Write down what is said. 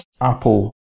Apple